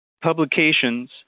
publications